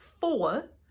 four